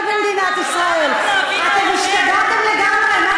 אתם השתגעתם לגמרי.